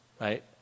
right